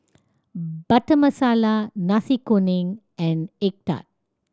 Butter Masala Nasi Kuning and egg tart